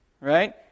right